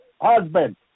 husband